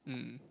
mm